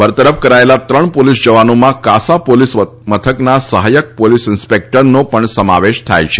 બરતરફ કરાયેલા ત્રણ પોલીસ જવાનોમાં કાસા પોલીસ મથકના સહાયક પોલીસ ઈન્સ્પેક્ટરનો પણ સમાવેશ થાય છે